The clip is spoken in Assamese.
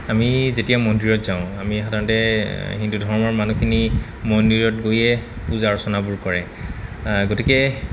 আমি যেতিয়া মন্দিৰত যাওঁ আমি সাধাৰণতে হিন্দু ধৰ্মৰ মানুহখিনি মন্দিৰত গৈয়ে পূজা অৰ্চনাবোৰ কৰে গতিকে